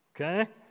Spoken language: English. Okay